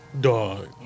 Dog